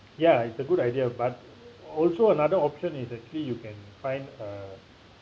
ya it's a good idea but also another option is actually you can find a